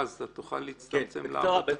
בקצרה.